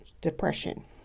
depression